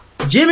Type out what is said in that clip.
Jimmy